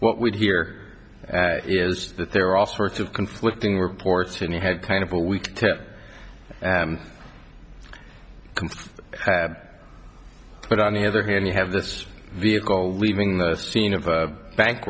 what we'd hear is that there are all sorts of conflicting reports and he had kind of a week had but on the other hand you have this vehicle leaving the scene of a bank